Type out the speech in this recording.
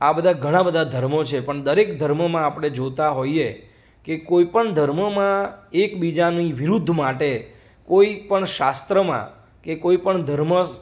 આ બધા ઘણા બધા ધર્મો છે પણ દરેક ધર્મોમાં આપણે જોતાં હોઈએ કે કોઈ પણ ધર્મમાં એક બીજાની વિરુદ્ધ માટે કોઈ પણ શાસ્ત્રમાં કે કોઈ પણ ધર્મ